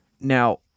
Now